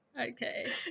okay